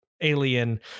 alien